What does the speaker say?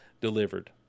delivered